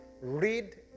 read